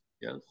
Yes